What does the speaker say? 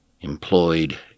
employed